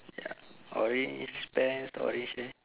ya orange pants orange same